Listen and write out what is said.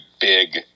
big